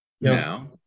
now